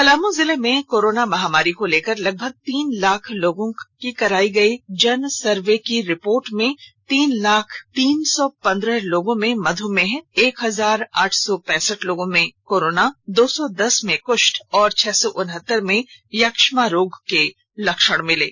पलाम जिले में कोरोना महामारी को लेकर लगभग तीन लाख लोगों का कराई गई जन स्वास्थ्य सर्वे की रिपोर्ट में तीन लाख तीन सौ पंद्रह लोगों में मध्मेह एक हजार आठ सौ पैंसठ लोगों में कोरोना दो सौ दस लोगों में कृष्ठ और छह सौ उनहतर लोगों में यक्ष्मा रोग के लक्षण मिले हैं